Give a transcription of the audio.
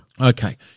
Okay